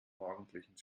morgendlichen